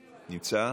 נמצא?